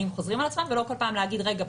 וחוזרים על עצמם לאורך שנים ולא בכל פעם להגיד: רגע,